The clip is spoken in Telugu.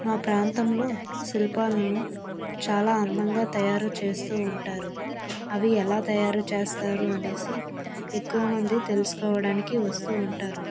మా ప్రాంతంలో శిల్పాలను చాలా అందంగా తయారు చేస్తూ ఉంటారు అవి ఎలా తయారు చేస్తారు అనేసి ఎక్కువ మంది తెలుసుకోవడానికి వస్తూ ఉంటారు